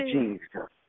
Jesus